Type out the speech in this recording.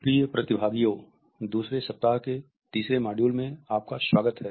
प्रिय प्रतिभागियों दूसरे सप्ताह के तीसरे मॉड्यूल में आपका स्वागत है